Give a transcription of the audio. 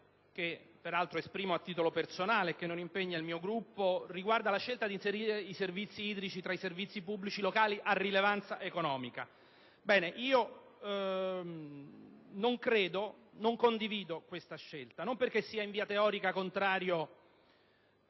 che peraltro esprimo a titolo personale e che non impegna il mio Gruppo, riguarda la scelta di inserire i servizi idrici tra i servizi pubblici locali a rilevanza economica. Ebbene, io non condivido questa scelta, non perché sia in via teorica contrario